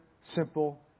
simple